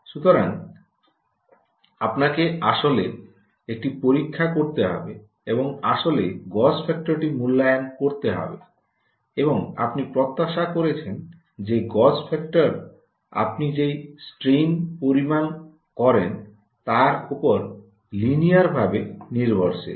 সুতরাং আপনাকে আসলে একটি পরীক্ষা করতে হবে এবং আসলে গজ ফ্যাক্টরটি মূল্যায়ন করতে হবে এবং আপনি প্রত্যাশা করেছেন যে গজ ফ্যাক্টর আপনি যে স্ট্রেনটি পরিমাপ করেন তার উপর লিনিয়ার ভাবে নির্ভরশীল